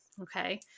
okay